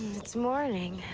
it's morning.